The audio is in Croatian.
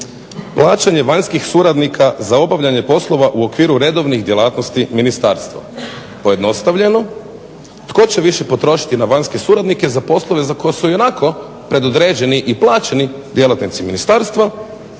plaćanje vanjskih suradnika za obavljanje poslova u okviru redovnih djelatnosti ministarstva. Pojednostavljeno – tko će više potrošiti na vanjske suradnike za poslove za koje su ionako predodređeni i plaćeni djelatnici ministarstva